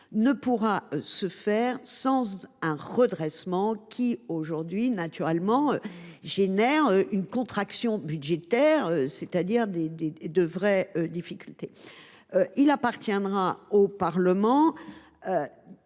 requiert absolument un redressement qui, naturellement, génère une contraction budgétaire, c’est à dire de vraies difficultés. Il appartiendra au Parlement